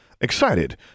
Excited